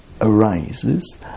arises